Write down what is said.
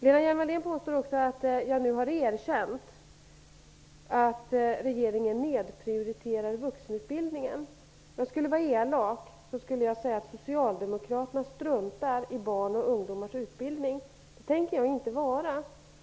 Lena Hjelm-Wallén påstår också att jag nu har erkänt att regeringen nedprioriterar vuxenundervisningen. Om jag skulle vara elak kunna jag säga att socialdemokraterna struntar i barns och ungdomars utbildning, men det tänker jag inte vara.